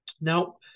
Now